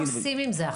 מה לעשות,